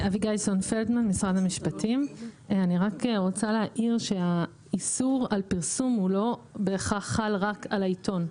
אני רוצה להעיר שהאיסור על פרסום לא בהכרח חל רק על העיתון.